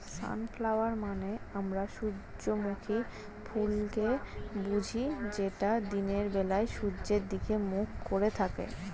sunflower মানে আমরা সূর্যমুখী ফুলকে বুঝি যেটা দিনের বেলায় সূর্যের দিকে মুখ করে থাকে